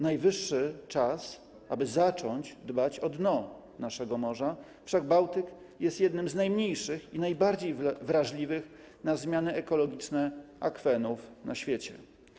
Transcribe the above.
Najwyższy czas, aby zacząć dbać o dno naszego morza, wszak Bałtyk jest jednym z najmniejszych i najbardziej wrażliwych na zmiany ekologiczne akwenów na świecie.